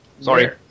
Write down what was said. Sorry